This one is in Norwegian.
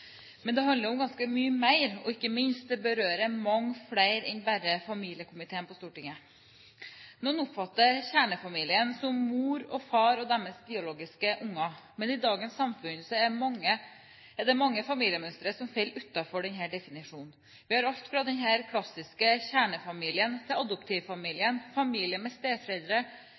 Men det handler om ganske mye mer, og ikke minst: Det berører mange flere områder enn bare familiekomiteen på Stortinget. Noen oppfatter kjernefamilien som mor, far og deres biologiske barn. Men i dagens samfunn er det mange familiemønstre som faller utenfor denne definisjonen. Vi har alt fra den klassiske kjernefamilien, adoptivfamilien, familier med steforeldre,